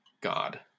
God